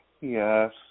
Yes